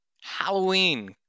Halloween